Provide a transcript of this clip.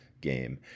game